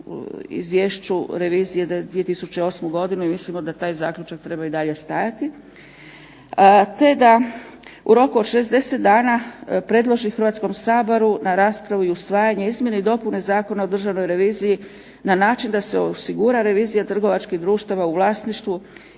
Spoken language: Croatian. Izvješću revizije za 2008. godinu i mislimo da taj zaključak treba i dalje stajati. Te da u roku od 60 dana predloži Hrvatskom saboru na raspravu i usvajanje izmjene i dopune Zakona o državnoj reviziji na način da se osigura revizija trgovačkih društava u vlasništvu